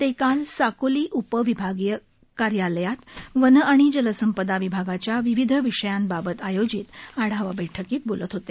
ते काल साकोली उपविभागीय कार्यालयातवन आणि जलसंपदा विभागाच्या विविध विषयांबाबत आयोजित आढावा बैठकीत बोलत होते